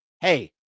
hey